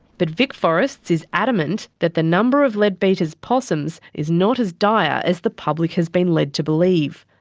but vicforests is adamant that the number of leadbeater's possums is not as dire as the public has been led to believe.